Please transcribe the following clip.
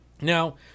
Now